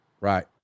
Right